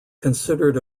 considered